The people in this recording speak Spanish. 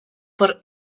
por